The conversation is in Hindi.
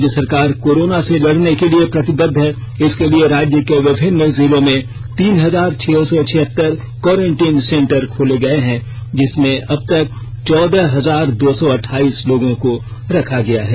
राज्य सरकार कोरोना से लड़ने के लिए प्रतिबद्ध है इसके तहत राज्य के विभिन्न जिलों में तीन हजार छह सौ छिहत्तीर कोरेन्टीन सेंटर खोले गए हैं जिसमें अब तक चौदह हजार दो सौ अठाइस लोगों को रखा गया है